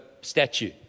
statue